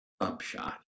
upshot